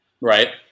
right